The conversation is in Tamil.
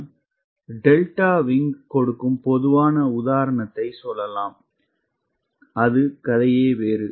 நான் டெல்டா விங் கொடுக்கும் பொதுவான உதாரணத்தை சொல்லலாம் கதை வேறு